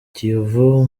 kiyovu